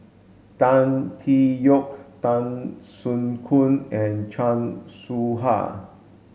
Tan Tee Yoke Tan Soo Khoon and Chan Soh Ha